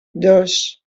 dos